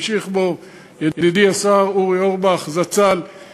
המשיך בו ידידי השר אורי אורבך זצ"ל,